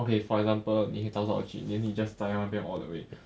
okay for example 你早早去 then 你在那边 all the way